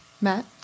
Matt